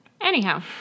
Anyhow